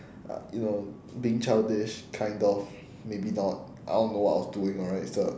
uh you know being childish kind of maybe not I don't know what I was doing alright so